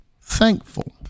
thankful